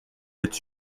cette